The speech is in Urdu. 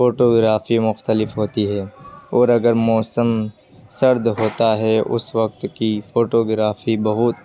فوٹوگرافی مختلف ہوتی ہے اور اگر موسم سرد ہوتا ہے اس وقت کی فوٹوگرافی بہت